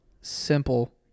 simple